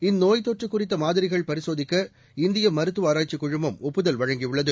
இந்நோய் தொற்று குறித்த மாதிரிகள் பரிசோதிக்க இந்திய மருத்துவ ஆராய்ச்சிக் குழுமம் ஒப்புதல் வழங்கியுள்ளது